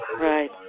Right